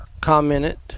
commented